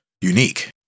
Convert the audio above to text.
unique